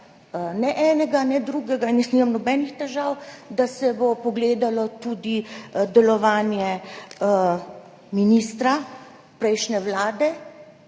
ne enega, ne drugega in jaz nimam nobenih težav, da se bo pogledalo tudi delovanje ministra prejšnje vlade,